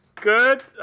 Good